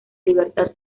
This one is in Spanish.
libertad